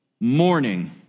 morning